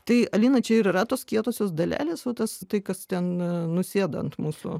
tai alina čia ir yra tos kietosios dalelės va tas tai kas ten nusėda ant mūsų